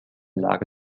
lage